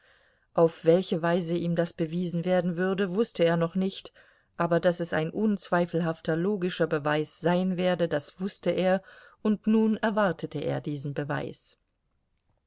auf welche weise ihm das bewiesen werden würde wußte er noch nicht aber daß es ein unzweifelhafter logischer beweis sein werde das wußte er und nun erwartete er diesen beweis